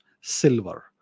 silver